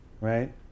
right